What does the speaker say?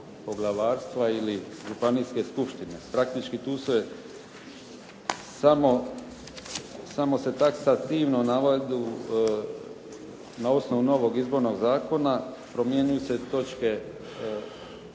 ili županijske skupštine. Praktički, tu se samo se taksativno navodi na osnovu novog izbornog zakona promjenjuju se točke u